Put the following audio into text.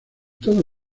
todo